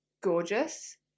gorgeous